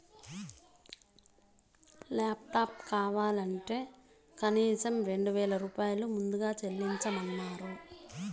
laptop కావాలంటే కనీసం రెండు వేల రూపాయలు ముందుగా చెల్లించమన్నరు